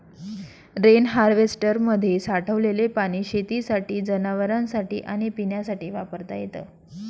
rain हार्वेस्टरमध्ये साठलेले पाणी शेतीसाठी, जनावरांनासाठी आणि पिण्यासाठी वापरता येते